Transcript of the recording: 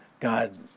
God